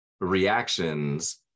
reactions